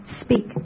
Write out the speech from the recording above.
speak